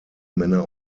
männer